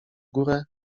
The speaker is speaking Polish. górę